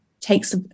takes